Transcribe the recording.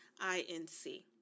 Inc